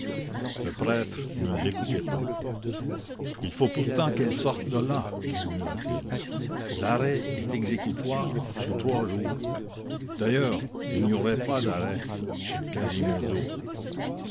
le prêtre ne l'écoutait pas il faut pourtant qu'elle sorte de là murmura-t-il l'arrêt est exécutoire sous trois jours d'ailleurs il n'y aurait pas d'arrêt ce quasimodo